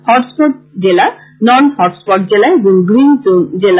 hot spot জেলা non hot spot জেলা এবং গ্রীন জোন জেলা